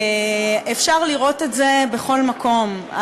אפשר לראות את זה בכל מקום,